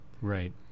Right